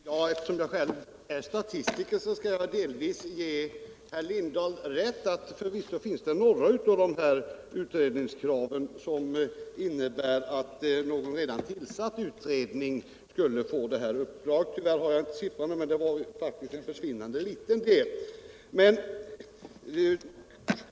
Herr talman! Eftersom jag själv är statistiker skall jag delvis ge herr Lindahl i Hamburgsund rätt i att några av dessa utredningskrav förvisso innebar att någon redan tillsatt utredning skulle få uppdraget. Tyvärr har jag här inte den siffran, men det var en försvinnande liten del.